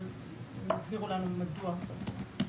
אבל הם יסבירו לנו מדוע צריך.